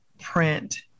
print